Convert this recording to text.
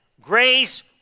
grace